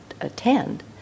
attend